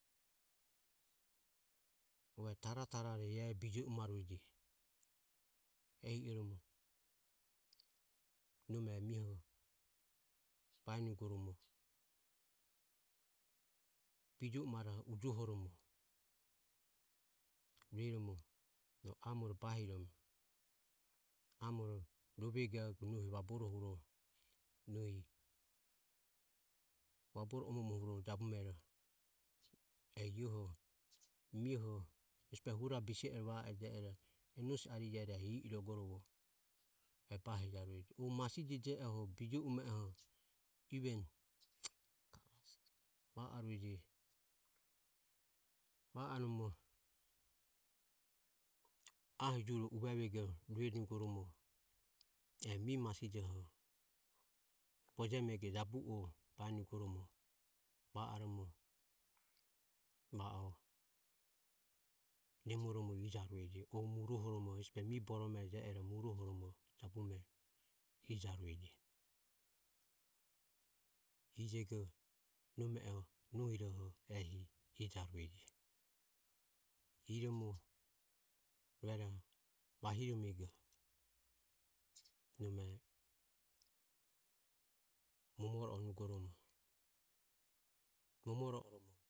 Taratarare bijio umarueje. Ehi oromo nome mioho baenugoromo bijio umaroho ujohoromo rueromo ro amore bahiromo amore rovego nohi vaborohuro, nohi vaboro omo omo jabumero e ioho mio ehesi behoho hura bise ore va e ejie ero nosi i irogorovo bahijarueje. O masije jie oho bijio ume oho iven va arueje va oromo ahi jure uvevego rueromo e mi masijoho bojemego jabu o baenugoromo va oromo va o nemoromo ijarueje. O muruohoromo ehesi behoho mi borome jie ero jabume muruohoromo jabume ijarueje. Ijego nome o nohiroho ehi ijarueje iromo ruero vahiromego nome momoro onugoromo momoro oromo